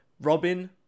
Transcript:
Robin